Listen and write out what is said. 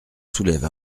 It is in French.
soulève